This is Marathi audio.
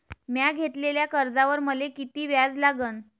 म्या घेतलेल्या कर्जावर मले किती व्याज लागन?